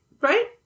right